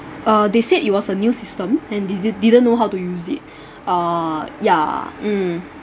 uh they said it was a new system and they didn't didn't know how to use it uh ya mm